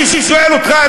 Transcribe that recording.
אני שואל אותך,